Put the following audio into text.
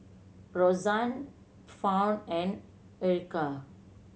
Roxann Fawn and Erica